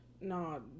No